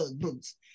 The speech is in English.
boots